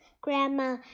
Grandma